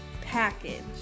package